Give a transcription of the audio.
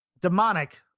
Demonic